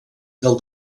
del